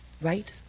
Right